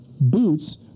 boots